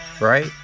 Right